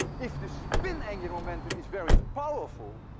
if the spin angular momentum is very powerful,